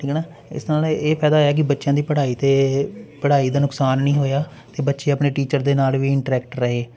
ਠੀਕ ਆ ਨਾ ਇਸ ਤਰ੍ਹਾਂ ਨਾਲ ਇਹ ਫ਼ਾਇਦਾ ਹੋਇਆ ਕਿ ਬੱਚਿਆਂ ਦੀ ਪੜ੍ਹਾਈ ਅਤੇ ਪੜਾਈ ਦਾ ਨੁਕਸਾਨ ਨਹੀਂ ਹੋਇਆ ਅਤੇ ਬੱਚੇ ਆਪਣੇ ਟੀਚਰ ਦੇ ਨਾਲ ਵੀ ਇੰਟਰੈਕਟ ਰਹੇ